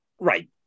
right